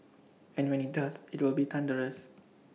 and when IT does IT will be thunderous